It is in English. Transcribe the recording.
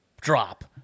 drop